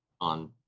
on